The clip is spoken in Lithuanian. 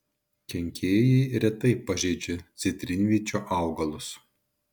kenkėjai retai pažeidžia citrinvyčio augalus